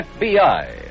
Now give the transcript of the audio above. FBI